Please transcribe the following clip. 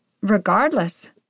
regardless